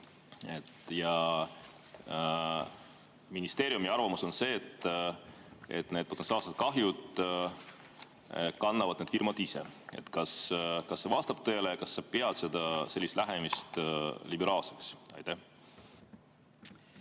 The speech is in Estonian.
ja ministeeriumi arvamus on see, et potentsiaalse kahju kannavad need firmad ise. Kas see vastab tõele ja kas sa pead sellist lähenemist liberaalseks? Aitäh!